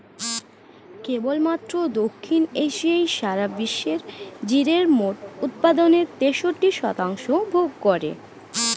কেবলমাত্র দক্ষিণ এশিয়াই সারা বিশ্বের জিরের মোট উৎপাদনের তেষট্টি শতাংশ ভোগ করে